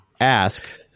ask –